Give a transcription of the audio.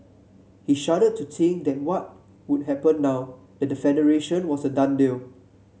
he shuddered to think that what would happen now that the Federation was a done deal